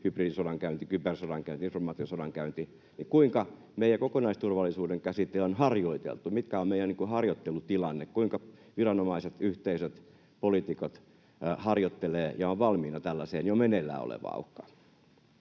hybridisodankäynti, kybersodankäynti, informaatiosodankäynti — niin kuinka meidän kokonaisturvallisuuden käsite on harjoiteltu? Mikä on meidän harjoittelutilanne? Kuinka viranomaiset, yhteisöt ja poliitikot harjoittelevat ja ovat valmiina tällaiseen jo meneillään olevaan uhkaan?